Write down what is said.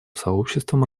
сообществом